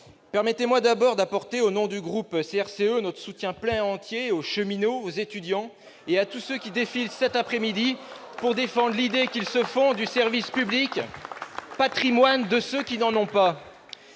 Permettez-moi d'abord d'apporter, au nom du groupe CRCE, notre soutien plein et entier aux cheminots, aux étudiants et à tous ceux qui défilent cet après-midi pour défendre l'idée qu'ils se font du service public, patrimoine de ceux qui n'en ont pas.